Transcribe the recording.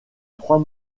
trois